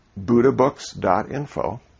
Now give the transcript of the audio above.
buddhabooks.info